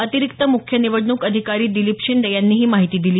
अतिरिक्त मुख्य निवडणूक अधिकारी दिलीप शिंदे यांनी ही माहिती दिली